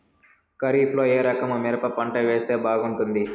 ఖరీఫ్ లో ఏ రకము మిరప పంట వేస్తే బాగుంటుంది